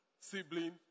sibling